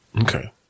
Okay